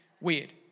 weird